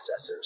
processors